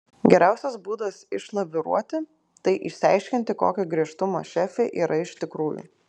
geriausias būdas išlaviruoti tai išsiaiškinti kokio griežtumo šefė yra iš tikrųjų